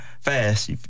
fast